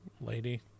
lady